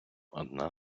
одна